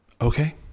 Okay